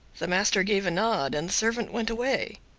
the master gave a nod and the servant went away.